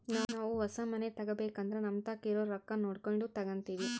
ನಾವು ಹೊಸ ಮನೆ ತಗಬೇಕಂದ್ರ ನಮತಾಕ ಇರೊ ರೊಕ್ಕ ನೋಡಕೊಂಡು ತಗಂತಿವಿ